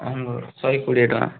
ଅଙ୍ଗୁର ଶହେ କୋଡ଼ିଏ ଟଙ୍କା